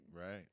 Right